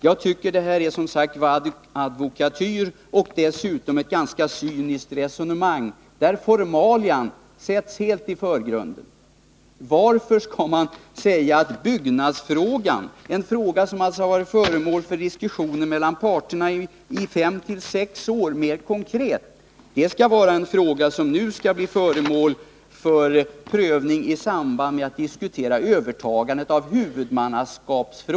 Jag tycker som sagt var att det hä är advokatyr och dessutom ett cyniskt resonemang, där formalia helt sätts i förgrunden. Varför säger man att byggnadsfrågan, en fråga som parterna konkret diskuterat i fem sex år, nu skall bli föremål för prövning i samband med diskussionen om övertagandet av huvudmannskapet?